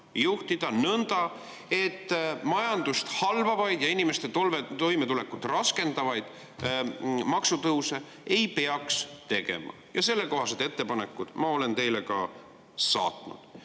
juhtida nõnda, et majandust halvavaid ja inimeste toimetulekut raskendavaid maksutõuse ei peaks tegema. Sellekohased ettepanekud ma olen teile ka saatnud.